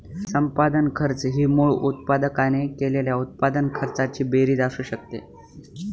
संपादन खर्च ही मूळ उत्पादकाने केलेल्या उत्पादन खर्चाची बेरीज असू शकते